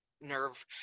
nerve